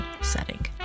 setting